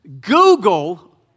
Google